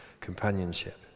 companionship